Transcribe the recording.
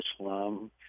Islam